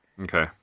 Okay